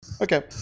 Okay